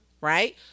right